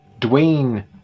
Dwayne